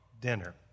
dinner